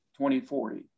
2040